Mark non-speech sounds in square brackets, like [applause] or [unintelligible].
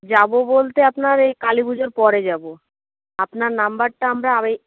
যাব বলতে আপনার এই কালী পুজোর পরে যাব আপনার নাম্বারটা আমরা [unintelligible]